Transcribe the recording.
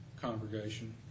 congregation